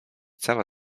cała